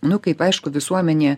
nu kaip aišku visuomenė